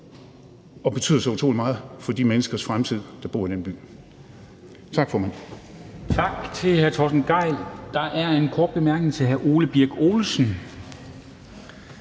og betyder så utrolig meget for de menneskers fremtid. Tak, formand.